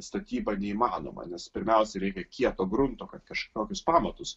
statyba neįmanoma nes pirmiausia reikia kieto grunto kad kažkokius pamatus